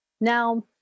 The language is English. Now